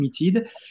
limited